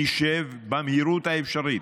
נשב במהירות האפשרית,